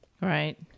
Right